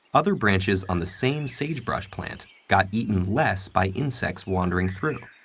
other branches on the same sagebrush plant got eaten less by insects wandering through,